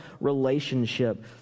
relationship